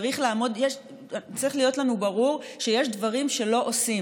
צריך להיות לנו ברור שיש דברים שלא עושים.